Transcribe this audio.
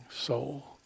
soul